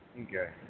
Okay